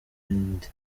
n’indi